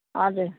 हजुर